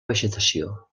vegetació